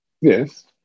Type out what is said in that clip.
Yes